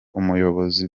umuyobozi